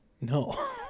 no